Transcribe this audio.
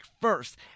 first